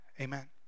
Amen